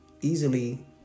easily